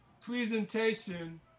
presentation